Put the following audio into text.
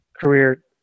career